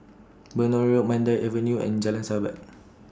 Benoi Road Mandai Avenue and Jalan Sahabat